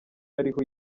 yariho